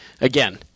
again